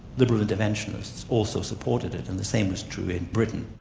liberal interventionists also supported it, and the same is true in britain.